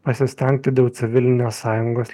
pasistengti dėl civilinės sąjungos